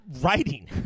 writing